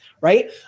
right